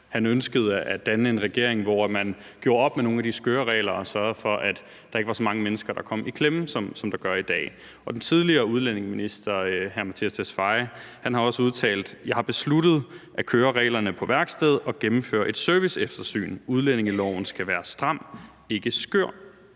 han ønskede at danne en regering, hvor man gjorde op med nogle af de skøre regler og sørgede for, at der ikke var så mange mennesker, der kom i klemme, som der er i dag. Og tidligere udlændingeminister hr. Mattias Tesfaye har også udtalt: Jeg har besluttet at køre reglerne på værksted og gennemføre et serviceeftersyn. Udlændingeloven skal være stram, ikke skør.